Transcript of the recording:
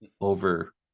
over